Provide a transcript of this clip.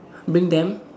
bring them